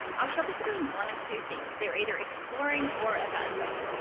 our shoppers are doing one of two things. they're either exploring or evaluating.